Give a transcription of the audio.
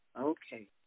Okay